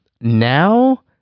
now